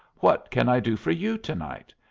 what can i do for you to-night?